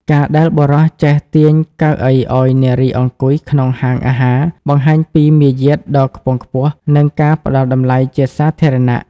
ការដែលបុរសចេះទាញកៅអីឱ្យនារីអង្គុយក្នុងហាងអាហារ បង្ហាញពីមារយាទដ៏ខ្ពង់ខ្ពស់ និងការផ្ដល់តម្លៃជាសាធារណៈ។